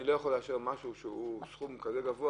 אני לא יכול לאשר סכום גבוה כזה,